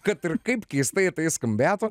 kad ir kaip keistai tai skambėtų